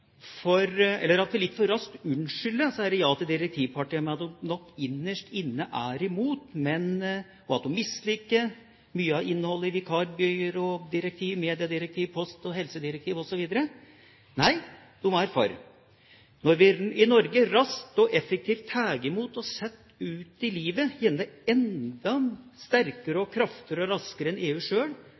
årsaken, eller er det innholdet i disse direktivene som i seg sjøl er så overbevisende gode? Jeg mener at vi på nei-siden litt for raskt unnskylder disse ja-til-direktiv-partiene med at de nok innerst inne er imot, og at de misliker mye av innholdet i vikarbyrådirektivet, mediedirektivet, postdirektivet, helsedirektivet osv. Nei, de er for. Når vi i Norge raskt og effektivt tar imot dem og setter dem ut i livet, gjerne enda sterkere, kraftigere og raskere